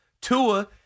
Tua